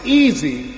easy